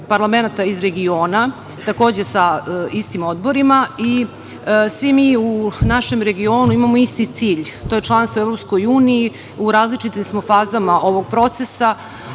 parlamenata iz regiona takođe sa istim odborima. Svi mi u našem regionu imamo isti cilj, a to je članstvo u EU. U različitim smo fazama ovog procesa,